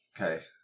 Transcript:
Okay